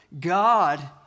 God